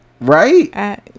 right